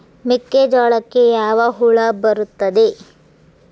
ಮೆಕ್ಕೆಜೋಳಕ್ಕೆ ಯಾವ ಹುಳ ಬರುತ್ತದೆ?